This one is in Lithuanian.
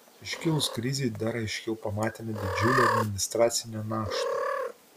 iškilus krizei dar aiškiau pamatėme didžiulę administracinę naštą